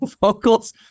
vocals